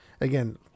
again